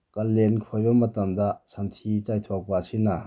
ꯀꯥꯂꯦꯟ ꯈꯣꯏꯕ ꯃꯇꯝꯗ ꯁꯟꯊꯤ ꯆꯥꯏꯊꯣꯛꯄ ꯑꯁꯤꯅ